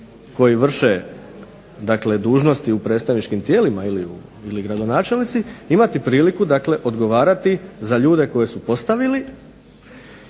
koji vrše dužnosti u predstavničkim tijelima ili gradonačelnici imati priliku odgovarati za ljude koji su postavili.